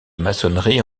maçonnerie